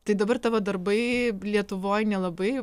tai dabar tavo darbai lietuvoj nelabai